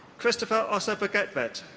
christoffer osa bogetvedt.